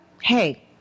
hey